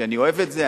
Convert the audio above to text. שאני אוהב את זה?